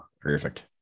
perfect